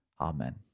Amen